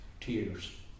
tears